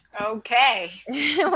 okay